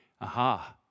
Aha